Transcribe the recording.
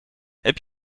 heb